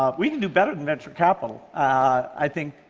um we can do better than venture capital, i think,